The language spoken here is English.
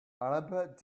albert